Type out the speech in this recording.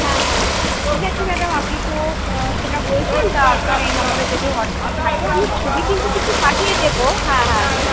হ্যাঁ হ্যাঁ ঠিক আছে ম্যাডাম আপনি তো সেটা বলছেন তা আপনার এই নাম্বারে যদি হোয়াটসঅ্যাপ থাকে আমি ছবি কিন্তু কিছু পাঠিয়ে দেব হ্যাঁ হ্যাঁ